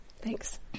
Thanks